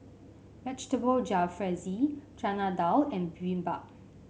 Vegetable Jalfrezi Chana Dal and Bibimbap